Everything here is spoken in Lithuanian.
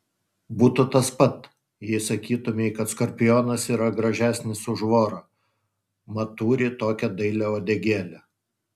būtų tas pat jei sakytumei kad skorpionas yra gražesnis už vorą mat turi tokią dailią uodegėlę